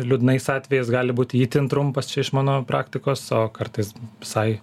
liūdnais atvejais gali būti itin trumpas čia iš mano praktikos o kartais visai